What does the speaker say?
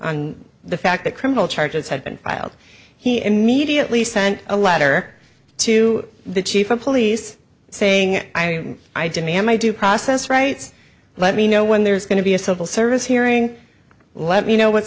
on the fact that criminal charges have been filed he immediately sent a letter to the chief of police saying i demand my due process rights let me know when there's going to be a civil service hearing let me know what's